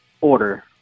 order